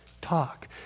Talk